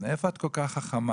מאיפה את כל כך חכמה?